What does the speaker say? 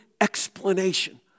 explanation